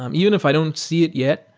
um even if i don't see it yet,